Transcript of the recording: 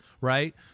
right